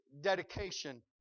dedication